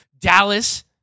Dallas